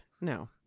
No